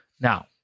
Now